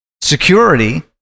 security